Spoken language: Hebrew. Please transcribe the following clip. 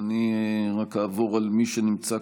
הצעת